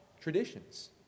traditions